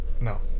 No